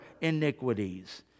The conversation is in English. iniquities